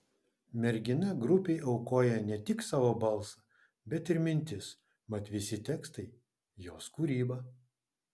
mergina grupei aukoja ne tik savo balsą bet ir mintis mat visi tekstai jos kūryba